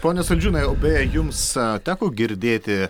pone saldžiūnai o beje jums teko girdėti